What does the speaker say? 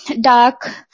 Dark